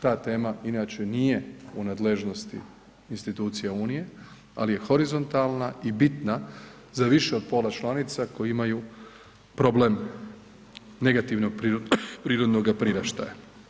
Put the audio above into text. Ta tema inače nije u nadležnosti institucija unije, ali je horizontalna i bitna za više od pola članica koje imaju problem negativnog prirodnoga priraštaja.